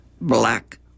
Black